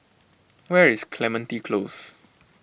where is Clementi Close